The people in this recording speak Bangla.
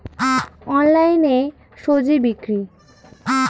অনলাইনে স্বজি বিক্রি?